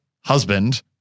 husband